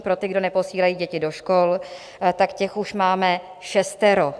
Pro ty, kdo neposílají děti do škol, tak těch už máme šestero.